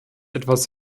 etwas